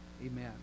Amen